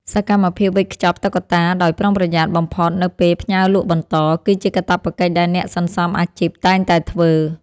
សកម្មភាពវេចខ្ចប់តុក្កតាដោយប្រុងប្រយ័ត្នបំផុតនៅពេលផ្ញើលក់បន្ត គឺជាកាតព្វកិច្ចដែលអ្នកសន្សំអាជីពតែងតែធ្វើ។